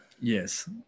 Yes